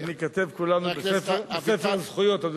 וניכתב כולנו בספר זכויות.